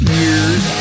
years